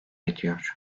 ediyor